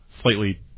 slightly